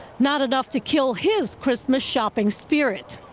not enough to kill his christmas shopping sirit.